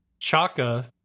Chaka